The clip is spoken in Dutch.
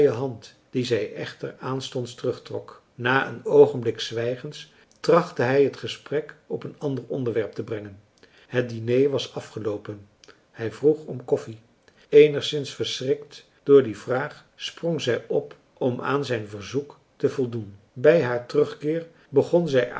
die zij echter aanstonds terugtrok na een oogenblik zwijgens trachtte hij het gesprek op een ander onderwerp te brengen het diner was afgeloopen hij vroeg om koffie eenigszins verschrikt door die vraag sprong zij op om aan zijn verzoek te voldoen bij haar terugkeer begon zij